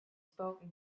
spoken